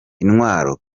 intwaro